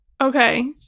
Okay